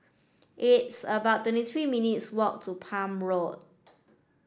it's about twenty three minutes' walk to Palm Road